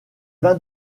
vins